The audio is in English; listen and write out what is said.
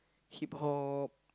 Hip Hop